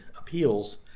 appeals